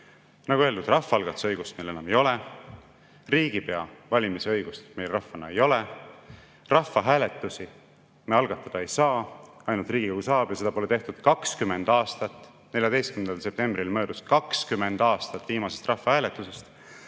Nagu öeldud, rahvaalgatuse õigust meil enam ei ole, riigipea valimise õigust meil rahvana ei ole, rahvahääletusi me algatada ei saa, ainult Riigikogu saab ja seda pole tehtud 20 aastat. 14. septembril möödus 20 aastat viimasest rahvahääletusest.